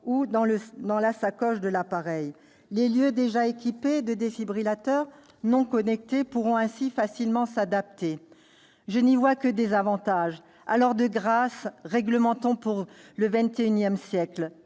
ou dans la sacoche de l'appareil. Les lieux déjà équipés de défibrillateurs non connectés pourront ainsi facilement s'adapter. Je n'y vois que des avantages. Alors, de grâce, réglementons pour le XXI siècle,